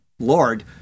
lord